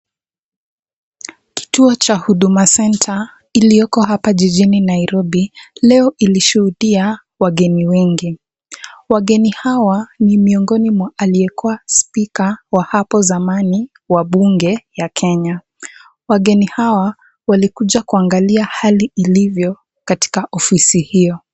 Kituo cha Huduma centre iliyoko hapa jijini Nairobi, leo ilishuhudia wageni wengi. Wageni hawa ni miongoni mwa aliyekuwa spika wa hapo zamani wa bunge ya Kenya. Wageni hawa walikuja kuangalia hali ilivyo katika ofisi hiyo.